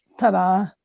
Ta-da